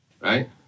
right